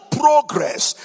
progress